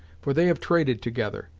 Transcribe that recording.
for they have traded together,